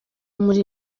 muri